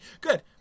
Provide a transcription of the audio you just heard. good